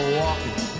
walking